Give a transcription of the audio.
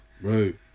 Right